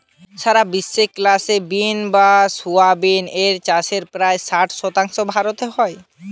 সারা বিশ্বে cluster bean বা গুয়ার এর চাষের প্রায় ষাট শতাংশ ভারতে হয়